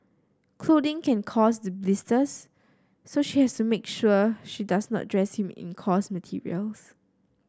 clothing can cause the blisters so she has make sure she does not dress him in coarse materials